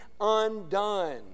undone